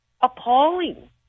appalling